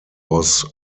was